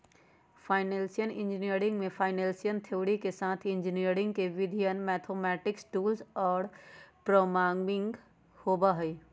financial engineering में financial theory के साथ इंजीनियरिंग के विधियन, मैथेमैटिक्स टूल्स और प्रोग्रामिंग होबा हई